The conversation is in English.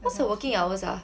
what's her working hours ah